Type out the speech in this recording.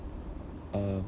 uh